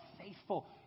faithful